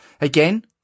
Again